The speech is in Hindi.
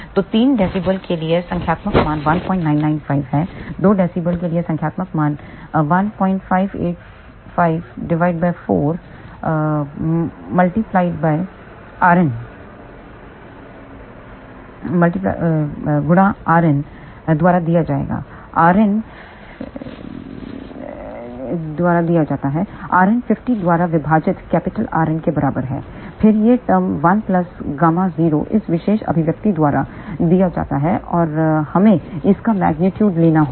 तो 3 डीबी के लिए सांख्यिक मान 1995 है 2 DB के संख्यात्मक मान 15854 rn द्वारा दिया जाता है rn 50 द्वारा विभाजित कैपिटल Rnके बराबर है फिर यह टर्म 1 प्लस Γ0 इस विशेष अभिव्यक्ति द्वारा दिया जाता है और हमें इसका मेग्नीट्यूड लेना होगा